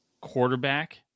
quarterback